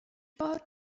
بار